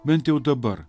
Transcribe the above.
bent jau dabar